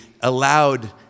allowed